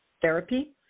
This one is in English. therapy